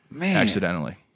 accidentally